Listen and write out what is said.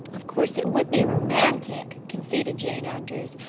of course it would be romantic, conceded jane andrews,